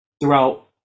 throughout